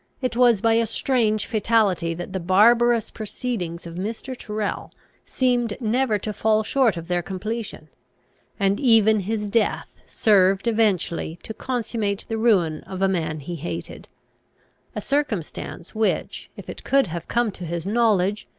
it was by a strange fatality that the barbarous proceedings of mr. tyrrel seemed never to fall short of their completion and even his death served eventually to consummate the ruin of a man he hated a circumstance which, if it could have come to his knowledge,